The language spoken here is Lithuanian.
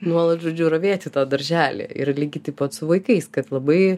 nuolat žodžiu ravėti tą darželį ir lygiai taip pat su vaikais kad labai